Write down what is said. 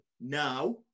now